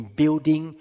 building